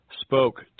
spoke